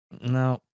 No